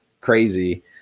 crazy